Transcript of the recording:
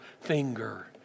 finger